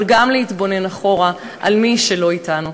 אבל גם להתבונן אחורה על מי שלא אתנו.